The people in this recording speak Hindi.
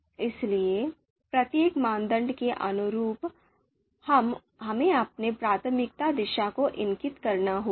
इसलिए प्रत्येक मानदंड के अनुरूप हमें अपनी प्राथमिकता दिशा को इंगित करना होगा